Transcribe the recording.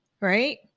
right